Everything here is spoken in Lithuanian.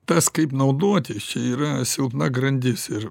tas kaip naudotis čia yra silpna grandis ir